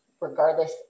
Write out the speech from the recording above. regardless